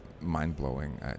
mind-blowing